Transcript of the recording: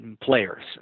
players